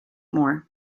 more